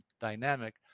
dynamic